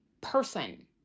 person